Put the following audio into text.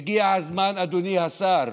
והגיע הזמן, אדוני השר,